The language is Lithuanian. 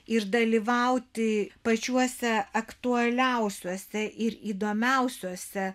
ir dalyvauti pačiuose aktualiausiuose ir įdomiausiuose